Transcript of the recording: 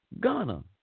Ghana